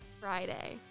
Friday